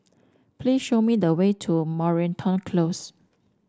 please show me the way to Moreton Close